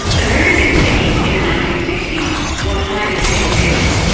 american cities in the nineteen sixty s were highly segregated.